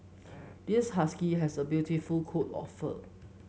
this husky has a beautiful coat of fur